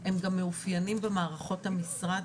הם גם מאופיינים במערכות המשרד,